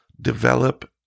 develop